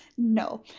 No